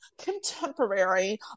contemporary